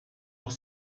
auch